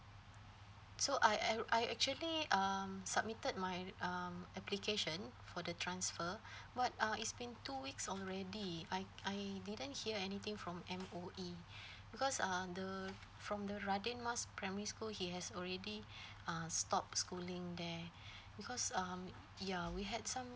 so I am I actually um submitted my um application for the transfer what uh it's been two weeks already I I didn't hear anything from M_O_E because uh the from the radin mas primary school he has already uh stop schooling there because um ya we had some